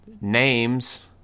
names